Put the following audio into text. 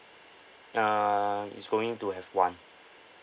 uh he's going to have one